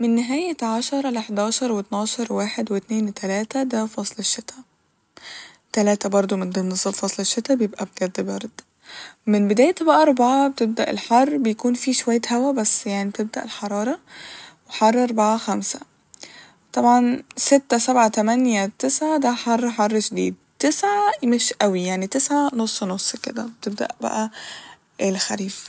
من نهاية عشرة لحداشر واتناشر واحد واتنين وتلاتة ده فصل الشتا ، تلاتة برضه من ضمن صفصل الشتا بيبقى بجد برد من بداية بقى أربعة بتبدأ الحر بيكون في شوية هوا بس يعني بتبدأ الحرارة وحر أربعة خمسة وطبعا ستة سبعة تمانية تسعة ده حر حر شديد ، تسعة مش أوي يعني تسعة نص نص كده بتبدأ بقى كده الخريف